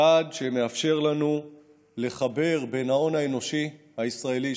צעד שמאפשר לנו לחבר בין ההון האנושי הישראלי,